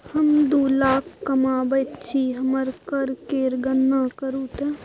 हम दू लाख कमाबैत छी हमर कर केर गणना करू ते